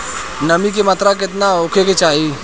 नमी के मात्रा केतना होखे के चाही?